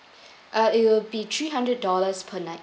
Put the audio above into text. uh it'll be three hundred dollars per night